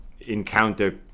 encounter